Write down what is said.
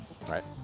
right